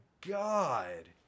God